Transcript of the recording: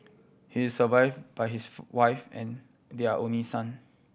he is survived by his wife and their only son